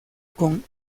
con